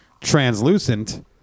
translucent